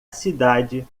cidade